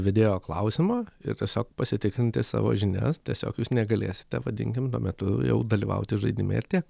vedėjo klausimą ir tiesiog pasitikrinti savo žinias tiesiog jūs negalėsite vadinkim tuo metu jau dalyvauti žaidime ir tiek